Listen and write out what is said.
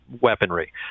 weaponry